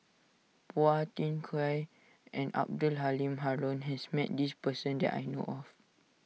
Phua Thin Kiay and Abdul Halim Haron has met this person that I know of